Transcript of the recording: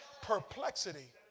Perplexity